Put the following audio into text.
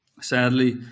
Sadly